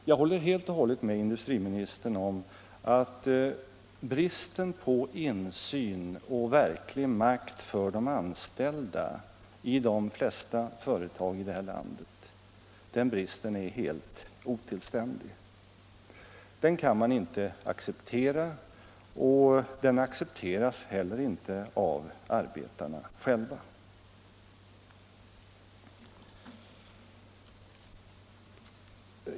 Jag håller helt med industriministern om att bristen på insyn och verklig makt för de anställda i de flesta företagen i det här landet är helt otillständig. Den kan man inte acceptera, och den accepteras heller inte av arbetarna själva.